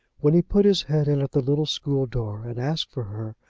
when he put his head in at the little school door and asked for her,